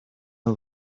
and